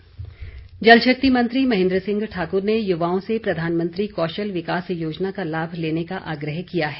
महेन्द्र सिंह जल शक्ति मंत्री महेन्द्र सिंह ठाकुर ने युवाओं से प्रधानमंत्री कौशल विकास योजना का लाभ लेने का आग्रह किया है